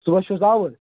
صبُحَس چھُس بہٕ آوُر